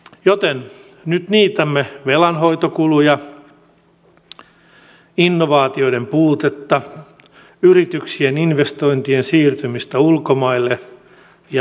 joten nyt niitämme velanhoitokuluja innovaatioiden puutetta yrityksien investointien siirtymistä ulkomaille ja massatyöttömyyttä